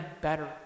better